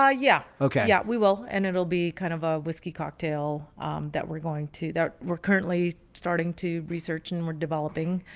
ah yeah. okay. yeah, we will and it'll be kind of a whiskey cocktail that we're going to that we're currently starting to research and we're developing.